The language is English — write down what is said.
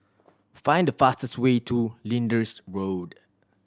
find the fastest way to Lyndhurst Road